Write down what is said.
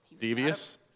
Devious